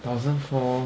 thousand four